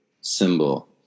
symbol